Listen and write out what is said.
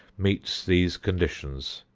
meets these conditions,